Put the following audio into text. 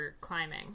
climbing